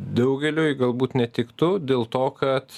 daugeliui galbūt netiktų dėl to kad